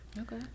Okay